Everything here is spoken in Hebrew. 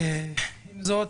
עם זאת,